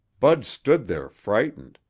bud stood there frightened,